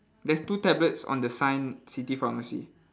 there's two tablets on the sign city pharmacy